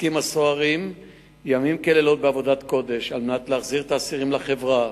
עוסקים הסוהרים ימים ולילות בעבודת קודש על מנת להחזיר את האסירים לחברה